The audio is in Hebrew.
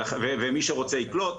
ומי שרוצה יקלוט,